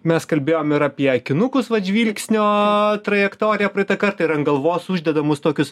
mes kalbėjom ir apie akinukus vat žvilgsnio trajektoriją praeitą kartą ir an galvos uždedamus tokius